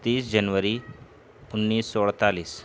تیس جنوری انیس سو اڑتالیس